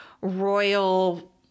royal